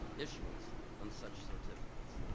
issuance on such certificates.